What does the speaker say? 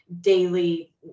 daily